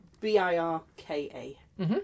B-I-R-K-A